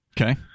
Okay